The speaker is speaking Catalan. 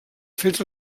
fets